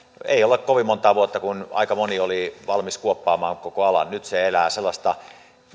ei ole kovin montaa vuotta kun aika moni oli valmis kuoppaamaan koko alan nyt se elää sellaista